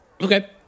Okay